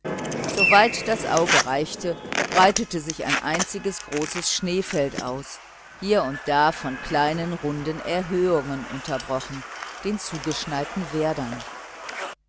weit das auge reichte breitete sich ein einziges großes schneefeld aus hier und da von kleinen runden erhöhungen unterbrochen den zugeschneiten werdern